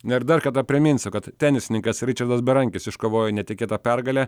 na ir dar kartą priminsiu kad tenisininkas ričardas berankis iškovojo netikėtą pergalę